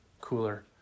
cooler